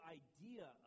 idea